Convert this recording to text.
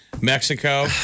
Mexico